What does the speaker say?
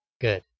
Good